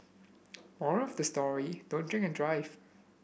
moral of the story don't drink and drive